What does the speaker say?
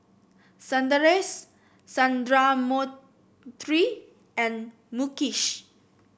Sundaresh and Mukesh